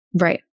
right